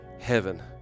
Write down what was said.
heaven